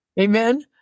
Amen